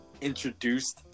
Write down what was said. introduced